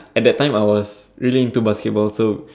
at that time I was really into basketball so